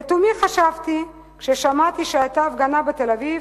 לתומי חשבתי כששמעתי שהיתה הפגנה בתל-אביב,